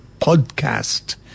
podcast